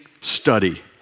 study